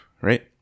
Right